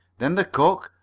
then the cook,